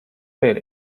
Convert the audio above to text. fell